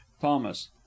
thomas